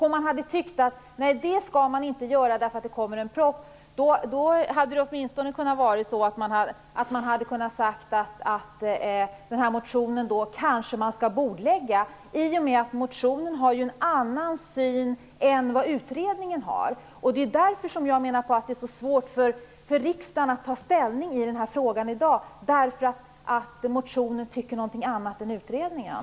Om utskottet inte ville göra det för att det skulle komma en proposition kunde man ha sagt att motionen kanske borde bordläggas, i och med att motionen företräder en annan syn än den som finns i utredningen. Det är därför det är så svårt för riksdagen att ta ställning i frågan i dag. I motionen tycker man någonting annat än i utredningen.